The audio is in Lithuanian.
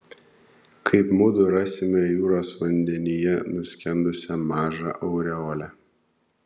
kaip mudu rasime jūros vandenyje nuskendusią mažą aureolę